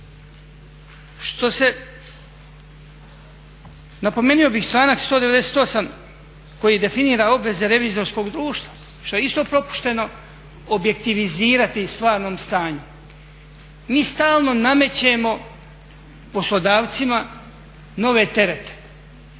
sabor. Napomenuo bih članak 198. koji definira obveze revizorskog društva što je isto propušteno objektivizirati stvarnom stanju. Mi stalno namećemo poslodavcima nove terete.